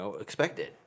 expected